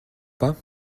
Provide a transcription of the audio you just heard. pas